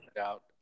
out